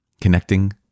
connecting